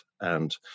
and-